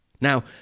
Now